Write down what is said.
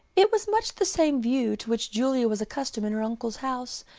it was much the same view to which julia was accustomed in her uncle's house,